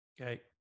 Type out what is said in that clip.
Okay